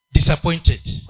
Disappointed